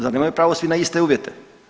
Zar nemaju pravo svi na iste uvjete?